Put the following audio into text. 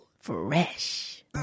Fresh